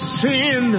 sin